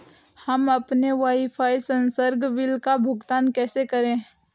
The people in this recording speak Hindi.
हम अपने वाईफाई संसर्ग बिल का भुगतान कैसे करें?